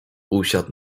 usiadł